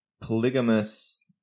polygamous